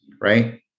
right